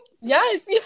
yes